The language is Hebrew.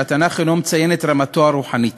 שהתנ"ך אינו מציין את רמתו הרוחנית.